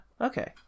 okay